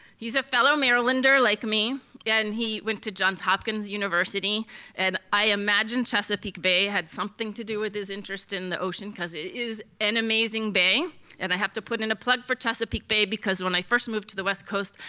he's a fellow marylander like me and he went to johns hopkins university and i imagine chesapeake bay had something to do with his interest in the ocean because it is an amazing bay and i have to put in a plug for chesapeake bay because when i first moved to the west coast,